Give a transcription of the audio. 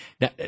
Now